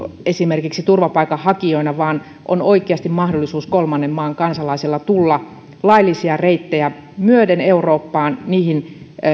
esimerkiksi turvapaikanhakijoina vaan on oikeasti mahdollisuus kolmannen maan kansalaisella tulla laillisia reittejä myöten eurooppaan niihin